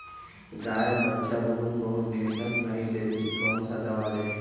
गाय बच्चा बहुत बहुत दिन तक नहीं देती कौन सा दवा दे?